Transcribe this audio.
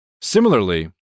Similarly